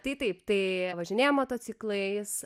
tai taip tai važinėjam motociklais